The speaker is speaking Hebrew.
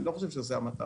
אני לא חושב שזו המטרה.